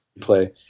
play